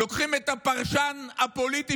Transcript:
לוקחים את הפרשן הפוליטי,